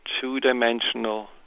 two-dimensional